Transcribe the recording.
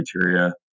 criteria